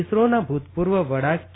ઇસરોના ભૂતપૂર્વ વડા કે